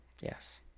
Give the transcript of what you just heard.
Yes